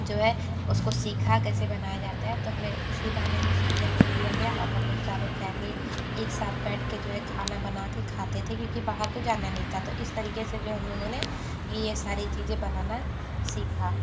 जो है उसको सीखा कैसे बनाया जाता है तो हमें इसी बहाने हमें सीखने को भी आ गया और हम लोग सारे फैमिली एक साथ बैठके जो है खाना बनाके खाते थे क्योंकि बाहर तो जाना नहीं था तो इस तरीके से हम लोगों ने ये ये सारी चीज़ें बनाना सीखा